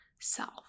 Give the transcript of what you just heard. self